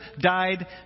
died